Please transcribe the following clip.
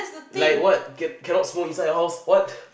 like what can cannot smoke inside your house what